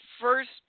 first